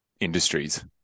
industries